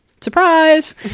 Surprise